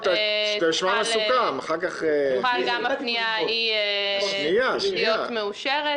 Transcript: תוכל גם הפנייה ההיא להיות מאושרת.